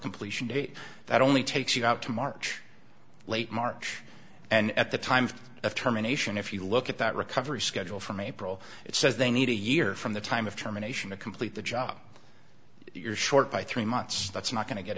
completion date that only takes you out to march late march and at the time of terminations if you look at that recovery schedule from april it says they need a year from the time of germination to complete the job if you're short by three months that's not go